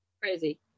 Crazy